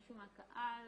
מישהו מהקהל?